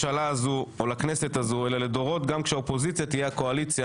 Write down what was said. משה גפני, אליהו ברוכי, אלמוג כהן, צביקה פוגל,